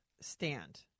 stand